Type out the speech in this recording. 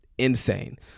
insane